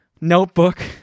notebook